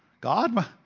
God